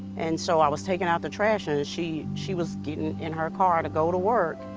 and so i was taking out the trash and she she was getting in her car to go to work,